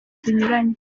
zinyuranye